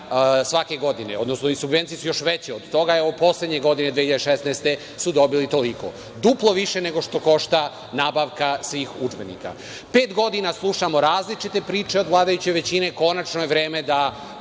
svake godine. Subvencije su još veće od toga, evo, poslednje godine, 2016. godine dobili su toliko. Duplo više nego što košta nabavka svih udžbenika. Pet godina slušamo različite priče od vladajuće većine, konačno je vreme da